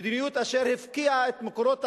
מדיניות שהפקיעה את מקורות ההכנסה,